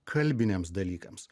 kalbiniams dalykams